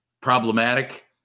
Problematic